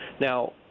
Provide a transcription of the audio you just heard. Now